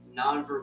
Nonverbal